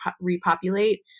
repopulate